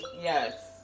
Yes